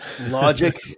logic